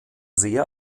sehr